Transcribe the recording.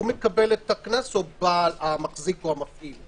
הוא מקבל את הקנס או המחזיק או/ המחזיק והמפעיל?